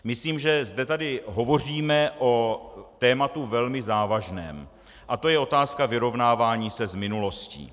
Myslím, že zde hovoříme o tématu velmi závažném, a to je otázka vyrovnávání se s minulostí.